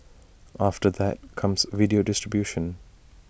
after that comes video distribution